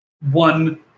one